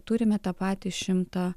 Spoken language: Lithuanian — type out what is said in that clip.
turime tą patį šimtą